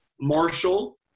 Marshall